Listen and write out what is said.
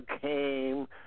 came